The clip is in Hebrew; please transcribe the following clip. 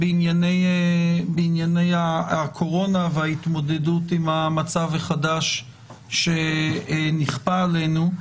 בענייני הקורונה וההתמודדות עם המצב החדש שנכפה עלינו.